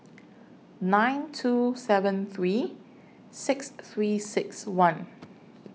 nine two seven three six three six one